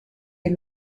est